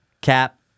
Cap